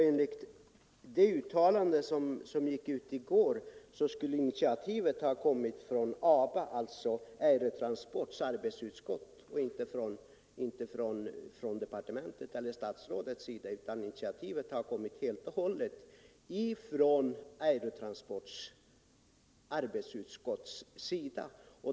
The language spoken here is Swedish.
Enligt det uttalande som gick ut i går har initiativet kommit från Aerotransports arbetsutskott och inte från statsrådet.